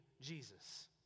Jesus